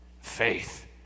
faith